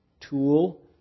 tool